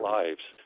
lives